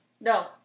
No